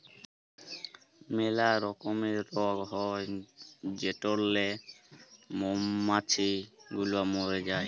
ম্যালা রকমের রগ হ্যয় যেটরলে মমাছি গুলা ম্যরে যায়